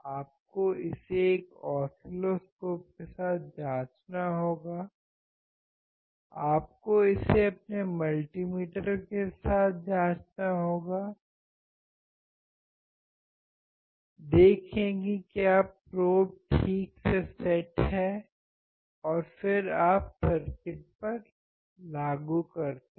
आपको इसे एक ऑसिलोस्कोप के साथ जाँचना होगा आपको इसे अपने मल्टीमीटर के साथ जाँचना होगा देखें कि क्या प्रोब ठीक से सेट है और फिर आप सर्किट पर लागू होते हैं